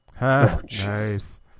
Nice